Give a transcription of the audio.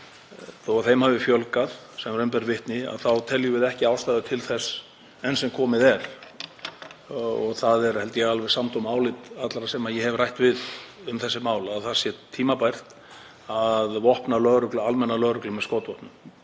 líka, hafi fjölgað sem raun ber vitni þá teljum við ekki ástæðu til þess enn sem komið er. Það er, held ég, alveg samdóma álit allra sem ég hef rætt við um þessi mál að það sé ekki tímabært að vopna almenna lögreglu með skotvopnum.